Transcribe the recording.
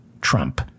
Trump